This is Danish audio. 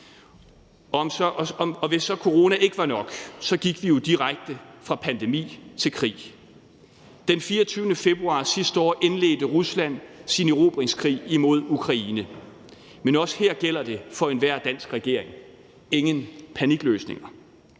Hvis så coronaen ikke var nok, gik vi jo direkte fra pandemi til krig. Den 24. februar sidste år indledte Rusland sin erobringskrig imod Ukraine. Men også her gælder det for enhver dansk regering: ingen panikløsninger.